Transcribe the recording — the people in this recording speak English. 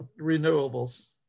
renewables